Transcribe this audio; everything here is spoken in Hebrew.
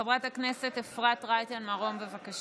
חברת הכנסת אפרת רייטן מרום, בבקשה.